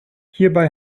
hierbei